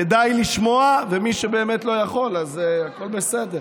כדאי לשמוע, ומי שבאמת לא יכול, הכול בסדר.